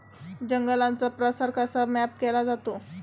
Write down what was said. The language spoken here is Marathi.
जंगलांचा प्रसार कसा मॅप केला जातो?